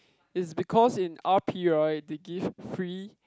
is because in r_p right they give free